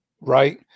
right